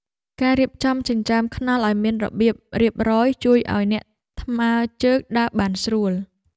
ការរៀបចំចិញ្ចើមថ្នល់ឱ្យមានរបៀបរៀបរយជួយឱ្យអ្នកថ្មើរជើងដើរបានស្រួល។